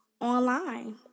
online